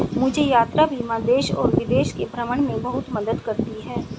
मुझे यात्रा बीमा देश और विदेश के भ्रमण में बहुत मदद करती है